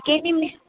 केली मी